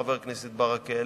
חבר הכנסת ברכה,